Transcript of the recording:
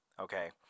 Okay